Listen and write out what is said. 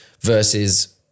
versus